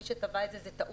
מי שטבע את זה זאת טעות.